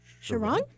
Sharon